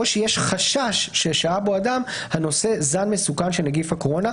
או שיש חשש ששהה בו אדם הנושא זן מסוכן של נגיף הקורונה,